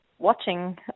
Watching